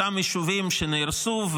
חוץ מאותם ישובים שנהרסו,